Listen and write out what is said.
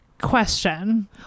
Question